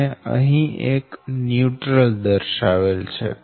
અને અહી એક ન્યુટ્રલ દર્શાવેલ છે